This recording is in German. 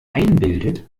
einbildet